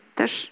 też